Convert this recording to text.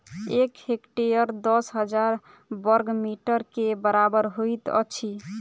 एक हेक्टेयर दस हजार बर्ग मीटर के बराबर होइत अछि